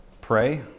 pray